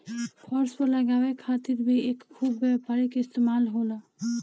फर्श पर लगावे खातिर भी एकर खूब व्यापारिक इस्तेमाल होला